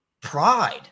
pride